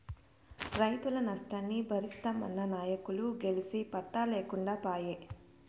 రైతుల నష్టాన్ని బరిస్తామన్న నాయకులు గెలిసి పత్తా లేకుండా పాయే